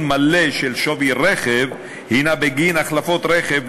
מלא של שווי הרכב הנה בגין החלפות רכב,